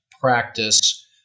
practice